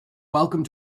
welcome